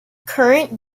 current